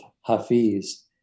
Hafiz